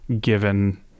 given